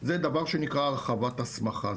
זה דבר שנקרא הרחבת הסמכה.